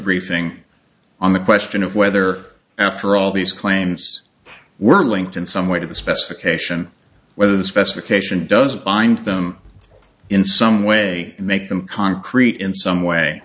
briefing on the question of whether after all these claims were linked in some way to the specification whether the specification does bind them in some way make them concrete in some way